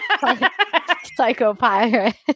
psychopirate